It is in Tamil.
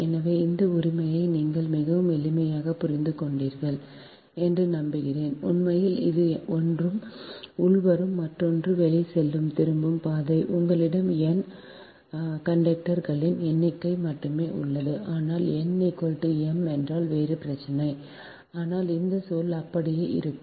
எனவே இந்த உரிமையை நீங்கள் மிகவும் எளிமையாக புரிந்து கொண்டீர்கள் என்று நம்புகிறேன் உண்மையில் இது ஒன்று உள்வரும் மற்றொன்று வெளிச்செல்லும் திரும்பும் பாதை உங்களிடம் n கண்டக்டர்களின் எண்ணிக்கை மட்டுமே உள்ளது ஆனால் n m என்றால் வேறு பிரச்சினை ஆனால் இந்த சொல் அப்படியே இருக்கும்